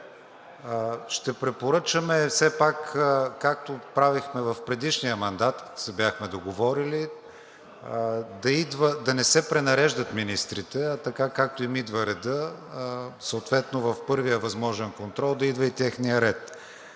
Ще препоръчаме все пак, както правехме в предишния мандат, бяхме се договорили да не се пренареждат министрите, а така, както им идва редът, съответно в първия възможен контрол, да идва и техният ред.